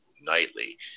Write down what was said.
nightly